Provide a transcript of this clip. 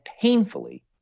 painfully